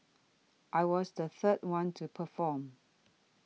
I was the third one to perform